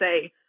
say